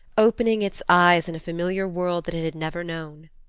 opening its eyes in a familiar world that it had never known.